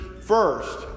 first